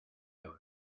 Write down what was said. euros